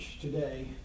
today